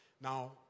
now